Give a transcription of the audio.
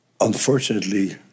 unfortunately